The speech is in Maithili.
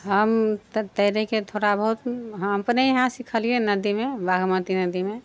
हम तऽ तैरेके थोड़ा बहुत हम अपने यहाँ सिखलियै नदीमे बागमती नदीमे